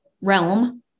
realm